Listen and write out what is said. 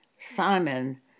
Simon